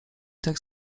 tak